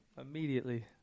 Immediately